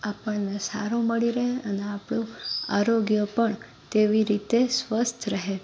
આપણને સારો મળી રહે અને આપણો આરોગ્ય પણ તેવી રીતે સ્વસ્થ રહે